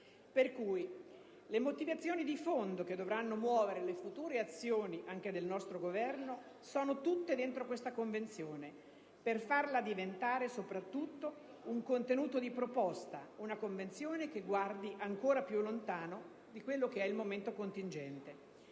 Pertanto, le motivazioni di fondo che dovranno muovere le future azioni anche del nostro Governo sono tutte all'interno di questa Convenzione, per farla diventare soprattutto un contenuto di proposta, una Convenzione che guardi ancora più lontano del momento contingente.